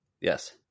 Yes